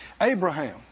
Abraham